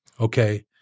okay